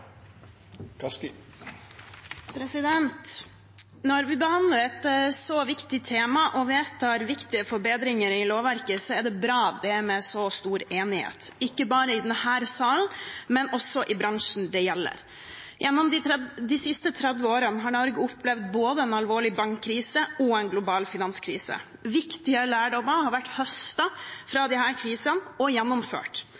Når vi behandler et så viktig tema og vedtar viktige forbedringer i lovverket, er det bra at det er med så stor enighet – ikke bare i denne sal, men også i bransjen det gjelder. Gjennom de siste 30 årene har Norge opplevd både en alvorlig bankkrise og en global finanskrise. Viktige lærdommer har vært